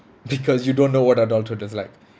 because you don't know what adulthood is like